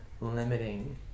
limiting